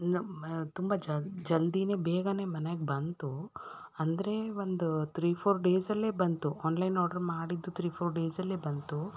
ತುಂಬ ಜಲ ಜಲ್ದಿನೇ ಬೇಗನೆ ಮನೆಗೆ ಬಂತು ಅಂದರೆ ಒಂದು ಥ್ರೀ ಫೋರ್ ಡೇಸಲ್ಲೇ ಬಂತು ಆನ್ಲೈನ್ ಆಡ್ರ್ ಮಾಡಿದ್ದು ಥ್ರೀ ಫೋರ್ ಡೇಸಲ್ಲೇ ಬಂತು